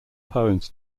poems